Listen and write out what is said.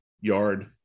yard